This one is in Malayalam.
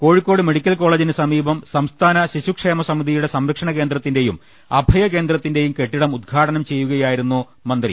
കോഴി ക്കോട് മെഡിക്കൽ കോളേജിന് സമീപം സംസ്ഥാന ശിശുക്ഷേമസമിതി യുടെ സംരക്ഷണ കേന്ദ്രത്തിന്റെയും അഭയ കേന്ദ്രത്തിന്റെയും കെട്ടിടം ഉദ്ഘാടനം ചെയ്യുകയായിരുന്നു മന്ത്രി